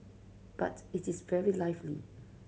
but it is very lively